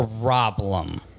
problem